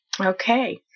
Okay